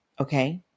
okay